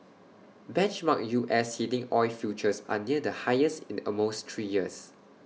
benchmark U S heating oil futures are near the highest in almost three years